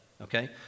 okay